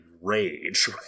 rage